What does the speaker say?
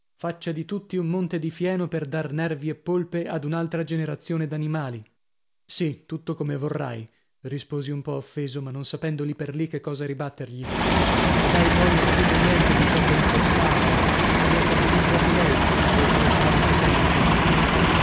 faccia di tutti un monte di fieno per dar nervi e polpe ad un'altra generazione d'animali sì tutto come vorrai risposi un po offeso ma non sapendo lì per lì che cosa ribattergli ed hai poi saputo niente di ciò che importava li ha catechizzati lei i suoi tre cari satelliti